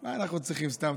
מה אנחנו צריכים סתם?